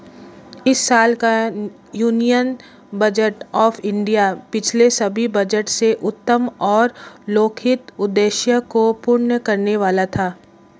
इस साल का यूनियन बजट ऑफ़ इंडिया पिछले सभी बजट से उत्तम और लोकहित उद्देश्य को पूर्ण करने वाला था